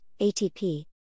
ATP